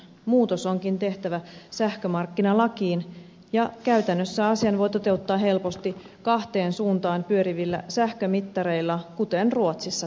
muutos onkin tehtävä sähkömarkkinalakiin ja käytännössä asian voi toteuttaa helposti kahteen suuntaan pyörivillä sähkömittareilla kuten ruotsissa tehdään